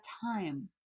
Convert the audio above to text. time